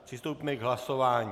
Přistoupíme k hlasování.